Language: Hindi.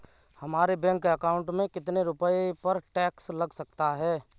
हमारे बैंक अकाउंट में कितने रुपये पर टैक्स लग सकता है?